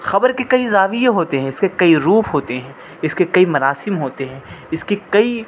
خبر کے کئی زاویے ہوتے ہیں اس کے کئی روپ ہوتے ہیں اس کے کئی مراسم ہوتے ہیں اس کے کئی